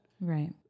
Right